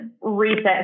recent